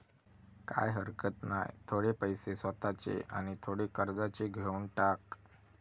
काय हरकत नाय, थोडे पैशे स्वतःचे आणि थोडे कर्जाचे घेवन टाक